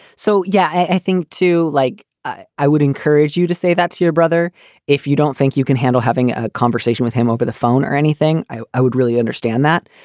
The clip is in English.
so, yeah, i think too like i i would encourage you to say that's your brother if you don't think you can handle having a conversation with him over the phone or anything. i i would really understand that.